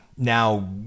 Now